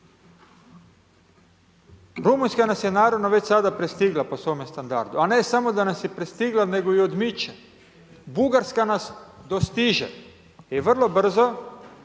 Rumunjska nas je naravno već sada pristigla po svome standardu, a ne samo da nas je prestigla nego i odmiče. Bugarska nas dostiže i vrlo brzo